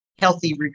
healthy